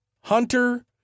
Hunter